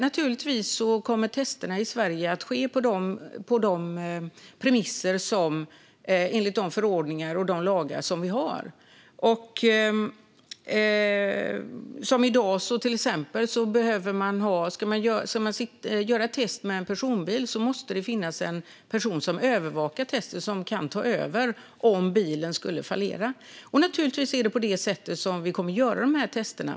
Naturligtvis kommer testerna i Sverige att ske enligt de premisser, förordningar och lagar som vi har. Om man i dag ska göra ett test med en personbil måste det finnas en person som övervakar testet och som kan ta över om bilen skulle fallera. Naturligtvis är det på detta sätt som dessa tester kommer att göras.